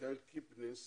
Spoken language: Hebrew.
מיכאל קיפניס